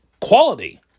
quality